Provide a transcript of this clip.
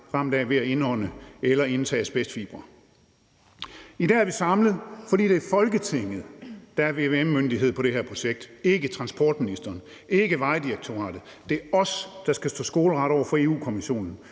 ramt af ved at indånde eller indtage asbestfibre. I dag er vi samlet, fordi det er Folketinget, der er vvm-myndighed på det her projekt. Det er ikke transportministeren, ikke Vejdirektoratet; det er os, der skal stå skoleret over for Europa-Kommissionen